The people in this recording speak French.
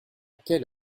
quelle